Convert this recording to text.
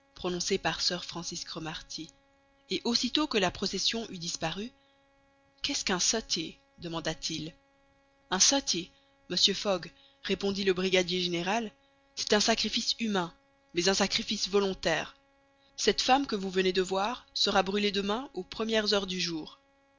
prononcé par sir francis cromarty et aussitôt que la procession eut disparu qu'est-ce qu'un sutty demanda-t-il un sutty monsieur fogg répondit le brigadier général c'est un sacrifice humain mais un sacrifice volontaire cette femme que vous venez de voir sera brûlée demain aux premières heures du jour